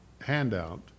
handout